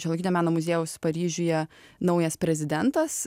šiuolaikinio meno muziejaus paryžiuje naujas prezidentas